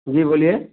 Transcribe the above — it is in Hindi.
जी बोलिए